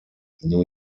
new